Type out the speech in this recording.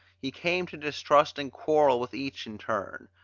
he came to distrust and quarrel with each in turn.